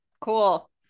Cool